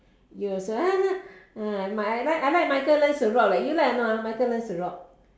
you also I like I like michael learns to rock leh you like or not ah michael learns to rock